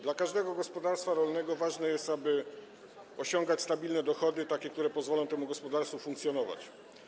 Dla każdego gospodarstwa rolnego ważne jest, aby osiągać stabilne dochody, takie, które pozwolą temu gospodarstwu funkcjonować.